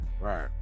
Right